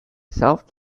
south